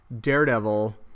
Daredevil